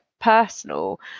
personal